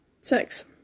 Six